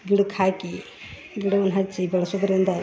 ಗಿಡಕ್ಕೆ ಹಾಕಿ ಗಿಡಗಳ್ನ ಹಚ್ಚಿ ಬೆಳ್ಸೂದರಿಂದ